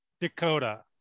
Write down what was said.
Dakota